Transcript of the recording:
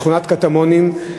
בשכונת קטמונים,